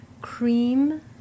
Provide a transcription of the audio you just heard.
cream